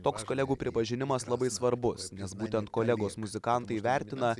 toks kolegų pripažinimas labai svarbus nes būtent kolegos muzikantai vertina